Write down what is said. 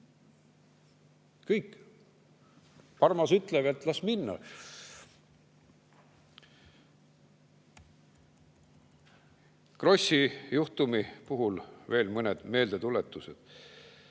Kõik! Parmas ütleb, et las minna. Krossi juhtumi puhul veel mõned meeldetuletused.